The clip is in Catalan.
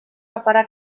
reparar